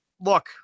look